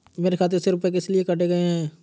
मेरे खाते से रुपय किस लिए काटे गए हैं?